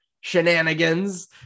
shenanigans